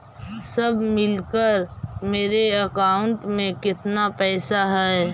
सब मिलकर मेरे अकाउंट में केतना पैसा है?